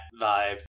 vibe